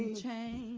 and changed.